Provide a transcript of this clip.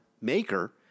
maker